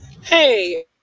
hey